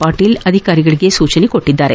ಪಾಟೀಲ್ ಅಧಿಕಾರಿಗಳಿಗೆ ಸೂಚಿಸಿದ್ದಾರೆ